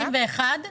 21',